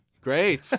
Great